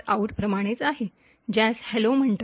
out प्रमाणेच आहे ज्यास हॅलो म्हणतात